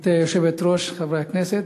גברתי היושבת-ראש, חברי הכנסת,